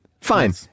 fine